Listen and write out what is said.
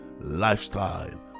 lifestyle